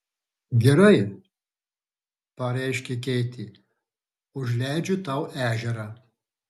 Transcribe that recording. gerai pareiškė keitė užleidžiu tau ežerą